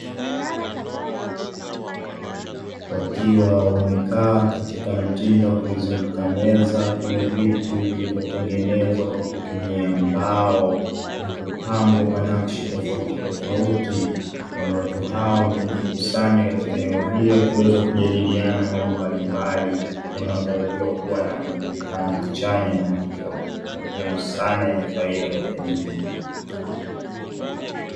Wakiwa wamekaa katika mtindo wa kuizunguka meza kwenye viti vilivyotengenezwa kwa kutumia mbao na kupambwa kwa nakshi tofautitofauti. Watu hawa wamejikusanyika katika eneo hili wakiweza kujadiliana mambo mbalimbali yanayotarajiwa kuwa na muonekano chanya na matokeo chanya sana yenye faida kwa jamii.